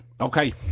Okay